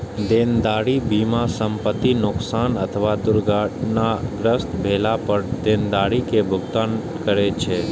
देनदारी बीमा संपतिक नोकसान अथवा दुर्घटनाग्रस्त भेला पर देनदारी के भुगतान करै छै